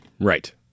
Right